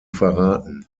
verraten